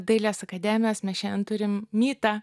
dailės akademijos mes šiandien turim mytą